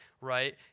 right